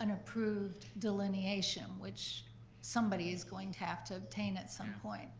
an approval delineation, which somebody's going to have to obtain at some point,